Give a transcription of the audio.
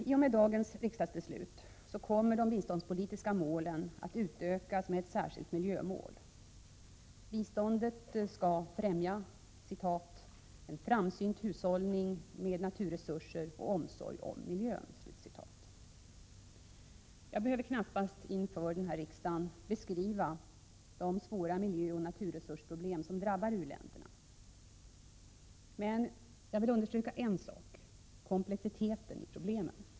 I och med dagens riksdagsbeslut kommer de biståndspolitiska målen att utökas med ett särskilt miljömål. Biståndet skall främja ”framsynt hushållning med naturresurser och omsorg om miljön”. Jag behöver knappast inför riksdagen beskriva de svåra miljöoch naturresursproblem som drabbar u-länderna. Men jag vill understryka en sak: komplexiteten i problemen.